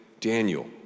Daniel